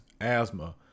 asthma